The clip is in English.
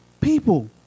people